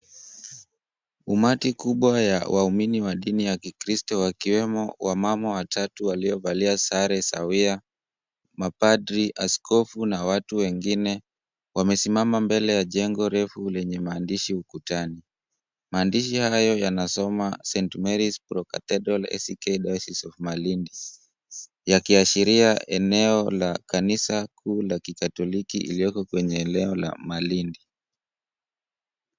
Umati kubwa ya waumini wa dini ya kikristo wakiwemo, wamama watatu waliovalia sare sawia, mapadri, askofu na watu wengine, wamesimama mbele ya jengo refu lenye maandishi ukutani. Maandishi hayo yanasoma, St Mary's Pro-cathedral ACK Diocese of Malindi, yakiashiria eneo la kanisa kuu la kikatoliki iliyoko kwenye eneo la Malindi.